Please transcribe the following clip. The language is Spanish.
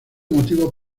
motivo